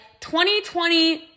2020